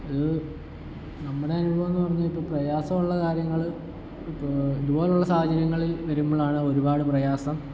അത് നമ്മുടെ അനുഭവമെന്ന് പറഞ്ഞ് ഇപ്പോൾ പ്രയസമുള്ള കാര്യങ്ങൾ ഇപ്പോൾ ഇതുപോലുള്ള സാഹചര്യങ്ങളിൽ വരുമ്പോളാണ് ഒരുപാട് പ്രയാസം